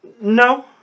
No